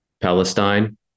Palestine